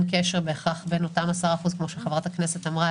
קשר בהכרח בין אותם 10% כפי שחברת הכנסת אמרה,